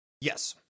Yes